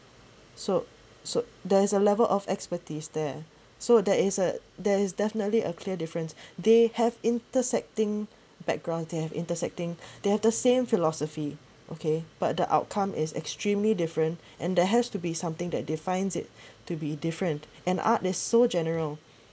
so so there is a level of expertise there so there is a there is definitely a clear difference they have intersecting background they have intersecting they have the same philosophy okay but the outcome is extremely different and there has to be something that defines it to be different and art is so general